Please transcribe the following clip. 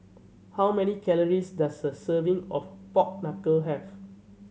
how many calories does a serving of pork knuckle have